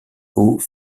aux